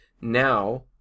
now